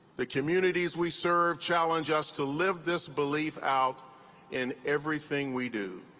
the communities we serve challenge us to live this belief out in everything we do.